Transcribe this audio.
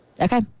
Okay